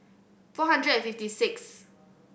four hundred and fifty six